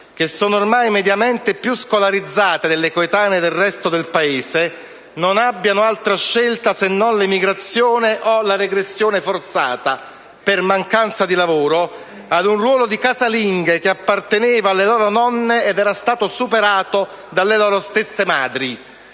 che sono ormai mediamente più scolarizzate delle coetanee del resto del Paese - non abbiano altra scelta se non l'emigrazione o la regressione forzata, per mancanza di lavoro, ad un ruolo di casalinghe che apparteneva alle loro nonne ed era stato superato dalle loro stesse madri.